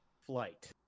Flight